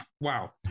wow